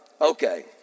Okay